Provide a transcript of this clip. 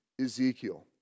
Ezekiel